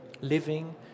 living